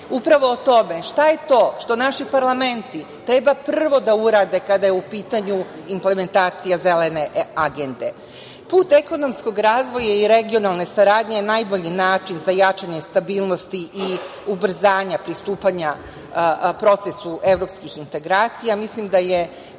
upravo o tome šta je to što naši parlamenti treba prvo da urade kada je u pitanju implementacija Zelene agende. Put ekonomskog razvoja i regionalne saradnje je najbolji način za jačanje stabilnosti i ubrzanja pristupanja procesu evropskih integracija.